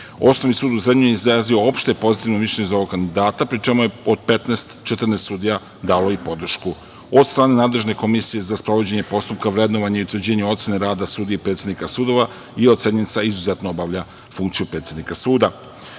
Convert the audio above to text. Osnovni sud u Zrenjaninu je izrazio opšte pozitivno mišljenje za ovog kandidata, pri čemu je, od 15, 14 sudija dalo i podršku. Od strane nadležne Komisije za sprovođenje postupka, vrednovanje i utvrđivanje ocene rada sudija i predsednika sudova je ocenjen sa „izuzetno obavlja funkciju predsednika suda“.Što